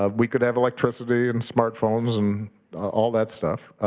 ah we could have electricity and smartphones and all that stuff,